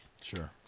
Sure